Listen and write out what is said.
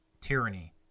tyranny